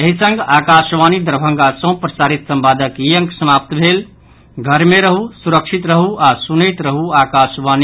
एहि संग आकाशवाणी दरभंगा सँ प्रसारित संवादक ई अंक समाप्त भेल घर मे रहू सुरक्षित रहू आ सुनैत रहू आकाशवाणी